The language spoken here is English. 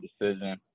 decision